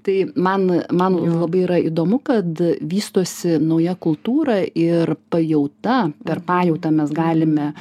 tai man man labai yra įdomu kad vystosi nauja kultūra ir pajauta per pajautą mes galime